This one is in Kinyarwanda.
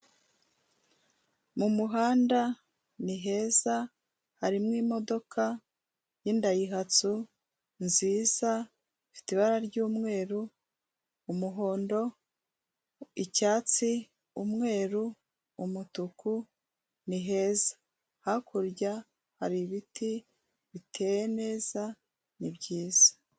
Mu muhanda ni heza, harimo imodoka y'indayihasu nziza, ifite ibara ry'umweru, umuhondo, icyatsi, umweru, umutuku, ni heza. Hakurya hari ibiti biteye neza, ni byiza.